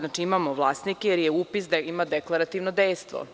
Znači, imamo vlasnike, jer je upis da ima deklarativno dejstvo.